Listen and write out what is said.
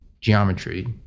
geometry